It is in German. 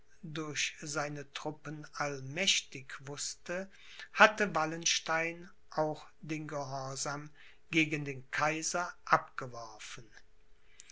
durch seine trnppen allmächtig wußte hatte wallenstein auch den gehorsam gegen den kaiser abgeworfen